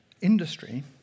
industry